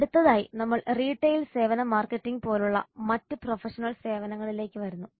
അടുത്തതായി നമ്മൾ റീട്ടെയിൽ സേവന മാർക്കറ്റിംഗ് പോലുള്ള മറ്റ് പ്രൊഫഷണൽ സേവനങ്ങളിലേക്ക് വരുന്നു